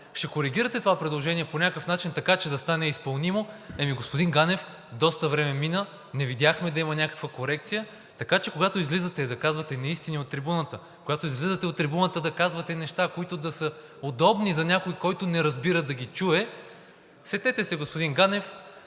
ще коригирате това предложение по някакъв начин, така че да стане изпълнимо. Господин Ганев, доста време мина, не видяхме да има някаква корекция, така че, когато излизате да казвате неистини от трибуната, когато излизате на трибуната да казвате неща, които да са удобни за някой, който не разбира, да ги чуе, сетете се, господин Ганев,